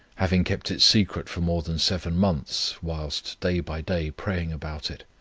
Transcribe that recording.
having kept it secret for more than seven months, whilst day by day praying about it.